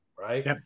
right